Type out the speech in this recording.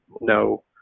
no